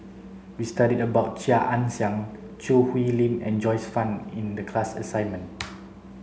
we studied about Chia Ann Siang Choo Hwee Lim and Joyce Fan in the class assignment